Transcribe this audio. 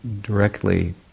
directly